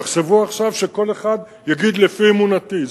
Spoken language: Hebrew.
תחשבו עכשיו שכל אחד יגיד: לפי אמונתי,